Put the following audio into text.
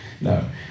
No